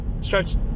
starts